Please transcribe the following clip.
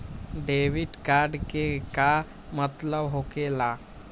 Debit card के का मतलब होकेला?